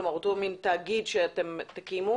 כלומר אותו מן תאגיד שאתם תקימו